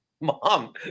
Mom